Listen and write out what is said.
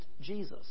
Jesus